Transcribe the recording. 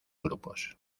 grupos